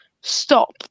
stop